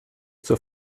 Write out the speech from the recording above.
zur